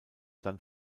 dann